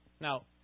now